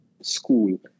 school